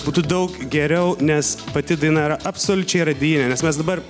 būtų daug geriau nes pati daina yra absoliučiai radijinė nes mes dabar